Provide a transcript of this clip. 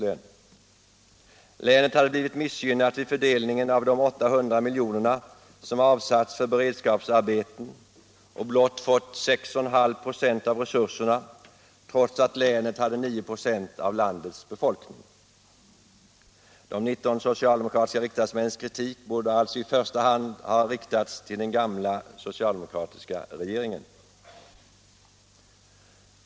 Malmöhus län hade blivit missgynnat vid fördelningen av de 800 miljoner, som avsatts för beredskapsarbeten och fått blott 6,5 ?6 av resurserna, trots att länet hade 9 96 av landets befolkning. De 19 socialdemokratiska riksdagsmännens kritik borde alltså i första hand ha riktats till den gamla socialdemokratiska regeringen.